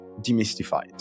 demystified